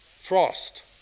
frost